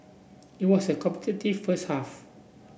it was a competitive first half